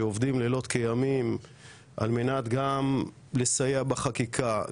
שעובדים לילות כימים על מנת גם לסייע בחקיקה,